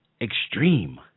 extreme